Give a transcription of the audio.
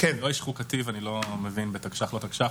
הקמת תשתית לטיפול בפסולת ברשויות מקומיות,